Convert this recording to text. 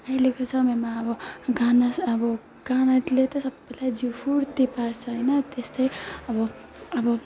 अहिलेको समयमा अब गाना अब गानाले त सबैलाई जिउ फुर्ति पार्छ होइन त्यस्तै अब अब